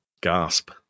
Gasp